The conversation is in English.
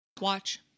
Watch